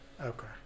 okay